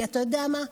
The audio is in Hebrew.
כי אתה יודע מה?